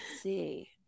see